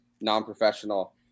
non-professional